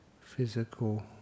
physical